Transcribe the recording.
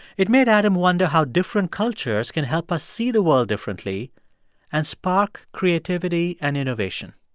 it made adam wonder how different cultures can help us see the world differently and spark creativity and innovation.